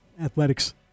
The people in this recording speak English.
athletics